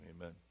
amen